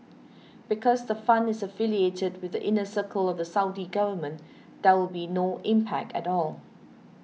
because the fund is affiliated with the inner circle of the Saudi government there will be no impact at all